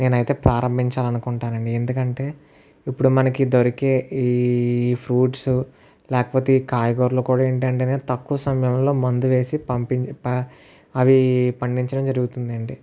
నేను అయితే ప్రారంభించాలని అనుకుంటానండి ఎందుకంటే ఇప్పుడు మనకి దొరికే ఈ ఫ్రూట్సు లేకపోతే ఈ కాయగూరలు కూడా ఏంటంటే తక్కువ సమయంలో మందు వేసి పంపిమ్ అవి పండించడం జరుగుతుందండి